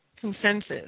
consensus